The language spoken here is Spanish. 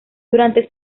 durante